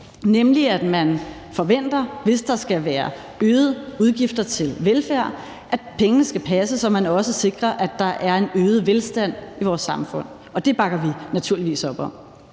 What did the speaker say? nemlig at man forventer, hvis der skal være øgede udgifter til velfærd, at pengene skal passe, så man også sikrer, at der er en øget velstand i vores samfund. Det bakker vi naturligvis op om.